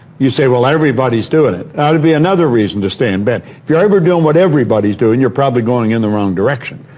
you say, well everybody's doing it. that'd be another reason to stay in bed. if you're ever doing what everybody's doing, you're probably going in the wrong direction.